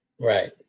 Right